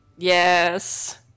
Yes